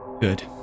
Good